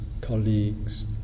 colleagues